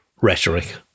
rhetoric